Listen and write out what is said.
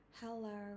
Hello